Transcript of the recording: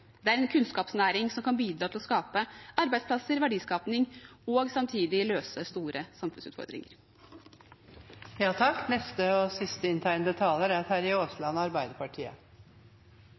Det er en kunnskapsnæring som kan bidra til å skape arbeidsplasser, verdiskaping og samtidig løse store samfunnsutfordringer.